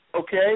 Okay